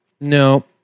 No